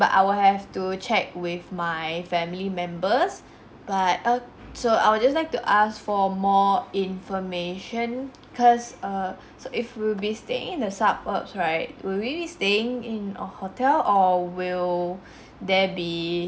but I will have to check with my family members but err so I will just like to ask for more information cause err so if we'll be staying in the suburbs right will we be staying in a hotel or will there be